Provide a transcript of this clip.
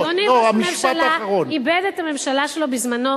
אדוני ראש הממשלה איבד את הממשלה שלו בזמנו